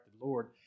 Lord